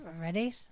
Ready